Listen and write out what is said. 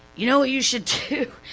you know what you should do?